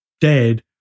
dead